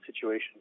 situations